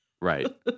Right